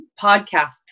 podcasts